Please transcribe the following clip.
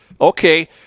Okay